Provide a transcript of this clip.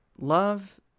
love